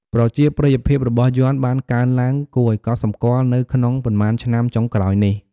ប្រជាប្រិយភាពរបស់យ័ន្តបានកើនឡើងគួរឱ្យកត់សម្គាល់នៅក្នុងប៉ុន្មានឆ្នាំចុងក្រោយនេះ។